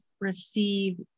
receive